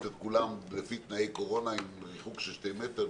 את כולם לפי תנאי קורונה עם ריחוק של שתי מטר,